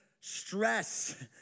stress